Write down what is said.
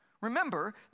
Remember